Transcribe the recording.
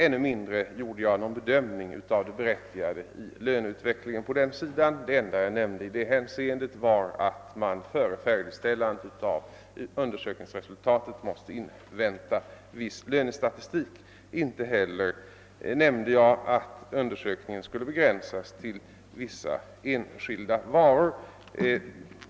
ännu mindre gjorde jag någon bedömning av det berättigade i löneutvecklingen på den sidan. Det enda jag nämnde i det hänseendet var att man före färdigställandet av undersökningsresultatet måste invänta viss lönestatistik. Inte heller nämnde jag att undersökningen skulle begränsas till vissa enskilda varor.